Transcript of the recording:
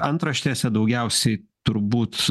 antraštėse daugiausiai turbūt